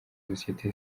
société